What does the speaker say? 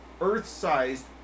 Earth-sized